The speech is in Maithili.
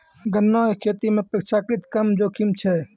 गन्ना के खेती मॅ अपेक्षाकृत कम जोखिम छै